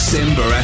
Simba